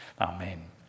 Amen